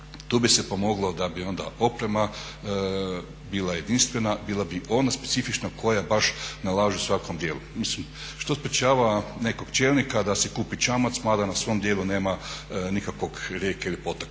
Tu bi se pomoglo da bi onda oprema bila jedinstvena, bila bi ona specifična koja baš nalažu svakom dijelu. Mislim što sprječava nekog čelnika da si kupi čamac, mada na svom dijelu nema nikakvog rijeke ili potoka,